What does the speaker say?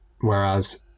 whereas